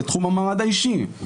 בתחום המעמד האישי.